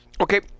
Okay